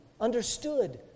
understood